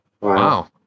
Wow